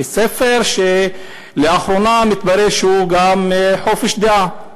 כספר שלאחרונה מתברר שהוא גם חופש הדעה,